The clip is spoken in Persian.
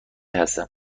هستم